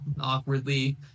awkwardly